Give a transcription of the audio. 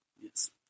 Yes